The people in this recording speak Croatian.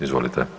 Izvolite.